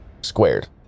squared